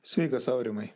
sveikas aurimai